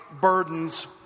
burdens